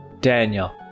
Daniel